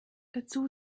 dazu